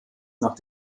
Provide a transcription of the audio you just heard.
nach